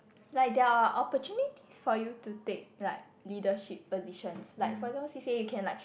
like their opportunities for you to take like leadership positions like for example C_C_A you can like